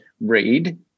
read